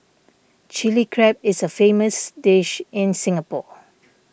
Chilli Crab is a famous dish in Singapore